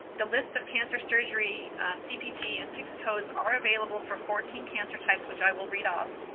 the list of cancer surgery cbt and pcs codes are available for fourteen cancer types, which i will read off